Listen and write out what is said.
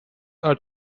are